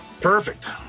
Perfect